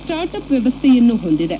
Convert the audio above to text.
start up ವ್ಯವಸ್ಥೆಯನ್ನು ಹೊಂದಿದೆ